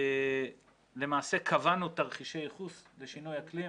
למעשה קבענו תרחישי ייחוס לשינוי אקלים,